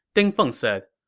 ding feng said,